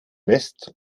west